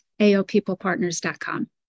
AOPeoplePartners.com